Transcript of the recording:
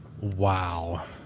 Wow